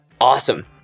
Awesome